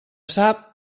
sap